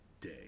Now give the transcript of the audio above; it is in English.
day